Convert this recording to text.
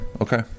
Okay